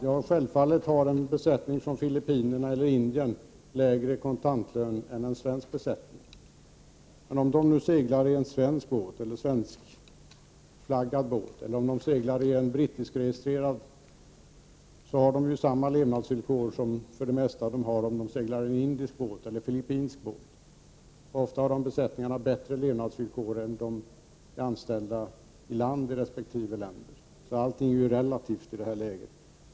Ja, självfallet har en besättning från Filippinerna eller Indien lägre kontantlön än en svensk besättning. Men om de nu seglar i en svenskflaggad båt eller en brittiskregistrerad så har de samma levnadsvillkor för det mesta som om de seglade på en indisk eller filippinsk båt och ofta bättre levnadsvillkor än de anställda i land i resp. länder. Allting är ju relativt i detta läge.